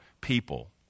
people